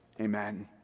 Amen